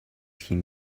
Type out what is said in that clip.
him